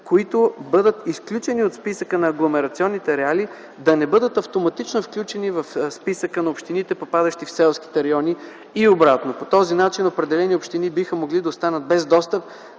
които бъдат изключени от списъка на агломерационните ареали, да не бъдат автоматично включени в списъка на общините, попадащи в селските райони и обратно. По този начин определени общини биха могли да останат без достъп